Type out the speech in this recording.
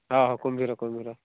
ହଁ ହେଉ କୁମ୍ଭୀର କୁମ୍ଭୀର